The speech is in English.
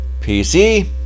PC